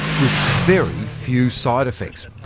with very few side effects.